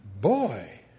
Boy